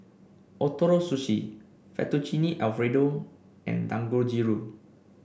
Ootoro Sushi Fettuccine Alfredo and Dangojiru